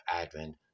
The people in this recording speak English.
advent